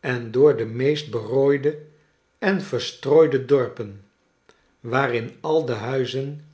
en door de meest berooide en verstrooide dorpen waar in al de huizen